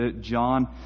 john